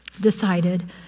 decided